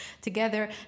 together